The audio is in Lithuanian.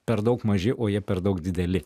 per daug maži o jie per daug dideli